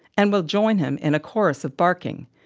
and will join him in a chorus of barking,